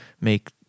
make